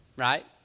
Right